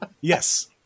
Yes